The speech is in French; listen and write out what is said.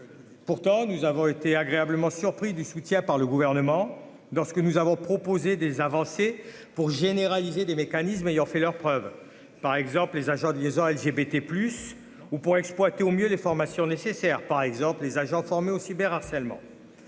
pourtant, nous avons été agréablement surpris du soutien par le gouvernement dans ce que nous avons proposé des avancées pour généraliser des mécanismes ayant fait leurs preuves, par exemple, les agents de liaison LGBT plus ou pour exploiter au mieux les formations nécessaires par exemple les agents formés au cyber harcèlement